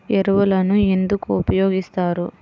ఎరువులను ఎందుకు ఉపయోగిస్తారు?